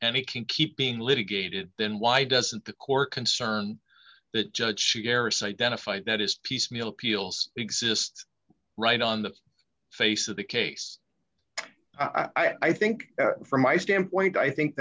and it can't keep being litigated then why doesn't the court concerned that judge should garrus identified that is piecemeal appeals exist right on the face of the case i think from my standpoint i think